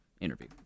interview